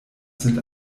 sind